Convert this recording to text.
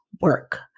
work